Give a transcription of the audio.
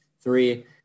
three